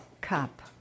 cup